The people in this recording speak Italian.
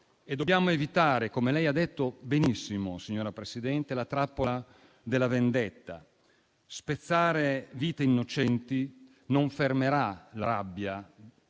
Dobbiamo evitare, come lei ha detto benissimo, presidente Meloni, la trappola della vendetta. Spezzare vite innocenti non fermerà la rabbia